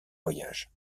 voyage